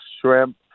shrimp